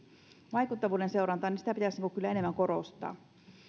vaikuttavuuden seurantaa pitäisi kyllä enemmän korostaa